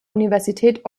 universität